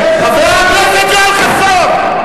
חבר הכנסת יואל חסון,